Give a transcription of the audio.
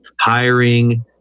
hiring